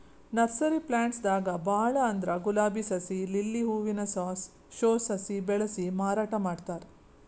nursery plants ದಾಗ್ ಭಾಳ್ ಅಂದ್ರ ಗುಲಾಬಿ ಸಸಿ, ಲಿಲ್ಲಿ ಹೂವಿನ ಸಾಸ್, ಶೋ ಸಸಿ ಬೆಳಸಿ ಮಾರಾಟ್ ಮಾಡ್ತಾರ್